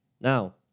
Now